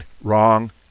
Wrong